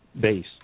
base